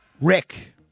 Rick